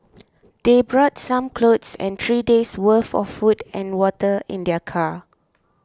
they brought some clothes and three days' worth of food and water in their car